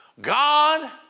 God